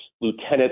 lieutenant